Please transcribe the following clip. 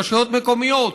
רשויות מקומיות.